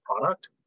product